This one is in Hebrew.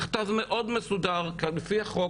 מכתב מאוד מסודר על פי החוק,